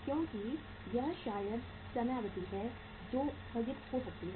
क्योंकि यह शायद समय अवधि है जो स्थगित हो सकती है